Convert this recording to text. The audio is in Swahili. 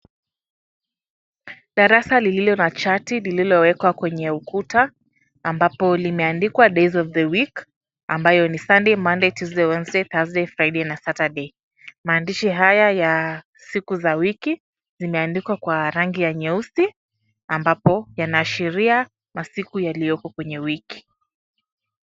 Darasa lililo na chati lililowekwa kwenye ukuta, ambapo limeandikwa Days of the week ambayo ni Sunday, monday , tuesday, wednesday , Thursday , friday na Sartuday . Maandishi haya ya siku za wiki zimeandikwa kwa rangi ya nyeusi, ambapo yanaashiria masiku yaliopo kwenye wiki.